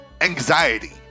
anxiety